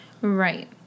Right